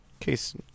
case